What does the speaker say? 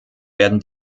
werden